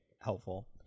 helpful